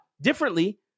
differently